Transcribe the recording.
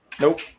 nope